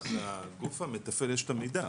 לגוף המתפעל יש את המידע,